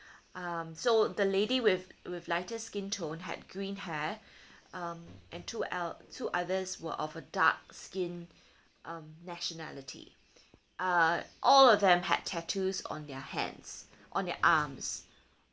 um so the lady with with lighter skin tone had green hair um and two el~ two others were of a dark skin um nationality uh all of them had tattoos on their hands on their arms